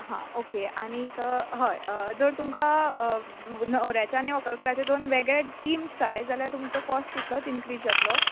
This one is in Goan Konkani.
आ ओके आनीक हय जर तुमकां न्हवऱ्याचे आनी व्हकलकाराचे दोन वेगळे टिम्स जाय जाल्यार तुमचो कोश्ट तितलोच इक्रिज जातलो